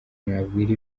nabwira